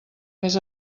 més